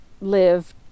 live